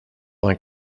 vingt